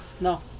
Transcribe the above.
No